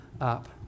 up